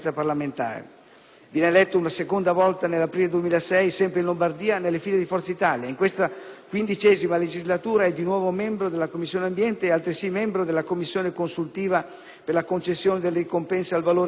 Viene eletto senatore una seconda volta nell'aprile 2006, sempre in Lombardia, nelle file di Forza Italia. In questa XV legislatura è di nuovo membro della 13a Commissione permanente ed altresì membro della Commissione consultiva per la concessione delle ricompense al valore e al merito civile.